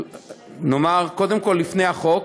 נאמר קודם כול, לפני החוק,